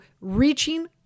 reaching